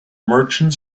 merchant